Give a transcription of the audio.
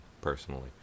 personally